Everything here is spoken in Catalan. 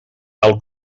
tal